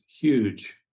huge